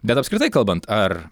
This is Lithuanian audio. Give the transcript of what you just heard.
bet apskritai kalbant ar